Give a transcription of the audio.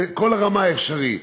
בכל רמה אפשרית.